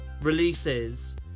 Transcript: releases